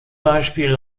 beispiel